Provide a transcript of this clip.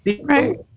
Right